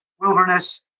wilderness